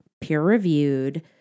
peer-reviewed